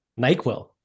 NyQuil